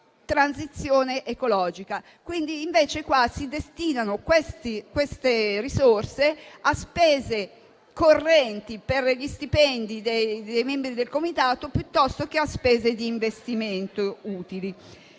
transizione ecologica. Qua, invece, si destinano le risorse a spese correnti per gli stipendi dei membri del Comitato piuttosto che a spese di investimento utili.